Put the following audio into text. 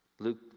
Luke